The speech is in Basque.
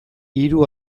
hiru